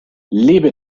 lebe